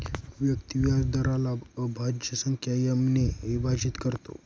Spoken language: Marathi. व्यक्ती व्याजदराला अभाज्य संख्या एम ने विभाजित करतो